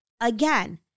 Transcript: again